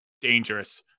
dangerous